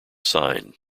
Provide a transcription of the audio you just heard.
sign